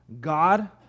God